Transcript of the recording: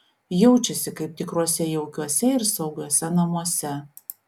jaučiasi kaip tikruose jaukiuose ir saugiuose namuose